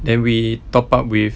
then we top up with